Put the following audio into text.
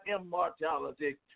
immortality